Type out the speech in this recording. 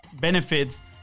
benefits